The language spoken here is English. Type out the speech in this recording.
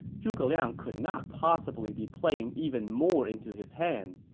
zhuge liang could not possibly be playing even more into his hand